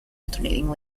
alternating